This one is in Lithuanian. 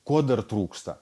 kuo dar trūksta